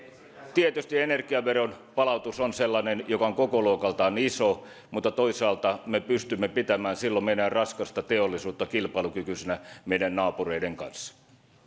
tietysti energiaveron palautus on sellainen joka on kokoluokaltaan iso mutta toisaalta me pystymme pitämään silloin meidän raskasta teollisuutta kilpailukykyisenä meidän naapureiden kanssa